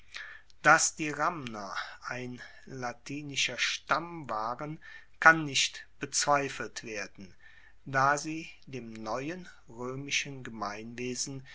dass die ramner ein latinischer stamm waren kann nicht bezweifelt werden da sie dem neuen roemischen gemeinwesen